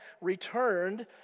returned